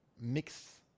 mix